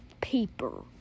paper